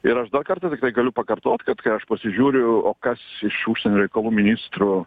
ir aš dar kartą tiktai galiu pakartot kad kai aš pasižiūriu kas iš užsienio reikalų ministrų